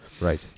Right